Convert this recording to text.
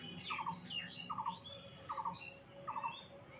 बीमा ना करेला से की होते?